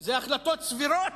אלה החלטות סבירות?